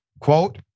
quote